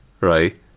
Right